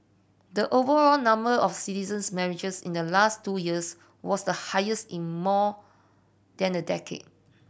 the overall number of citizens marriages in the last two years was the highest in more than a decade